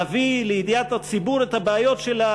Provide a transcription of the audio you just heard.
נביא לידיעת הציבור את הבעיות של,